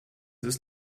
ist